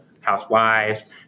housewives